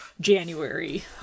January